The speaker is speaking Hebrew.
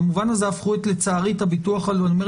במובן הזה הפכו לצערי את הביטוח הלאומי-